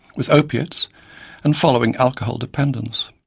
with opiates and following alcohol dependence.